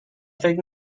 فکر